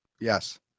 Yes